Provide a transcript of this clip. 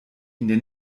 ihnen